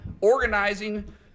organizing